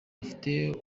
afite